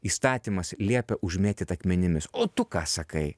įstatymas liepia užmėtyt akmenimis o tu ką sakai